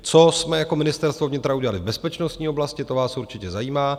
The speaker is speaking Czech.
Co jsme jako Ministerstvo vnitra udělali v bezpečnostní oblasti, to vás určitě zajímá.